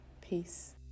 Peace